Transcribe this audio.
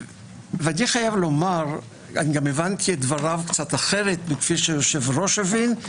גם הבנתי את דבריו קצת אחרת מכפי שהיושב-ראש הבין.